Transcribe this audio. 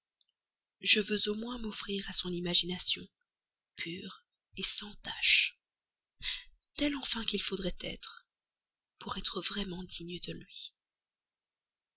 je veux au moins m'offrir à son imagination pure sans tache telle enfin qu'il faudrait être pour être vraiment digne de lui